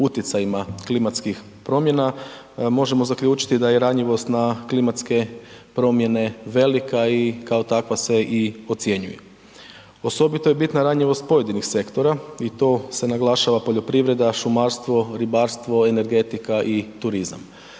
utjecajima klimatskih promjena, možemo zaključiti da je ranjivost na klimatske promjene velika i kao takva se i ocjenjuje. Osobito je bitna ranjivost pojedinih sektora i to se naglašava poljoprivreda, šumarstvo, ribarstvo, energetika i turizam.